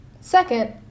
Second